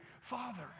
Father